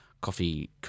coffee